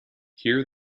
here